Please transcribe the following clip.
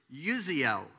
Uziel